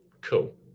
Cool